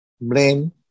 blame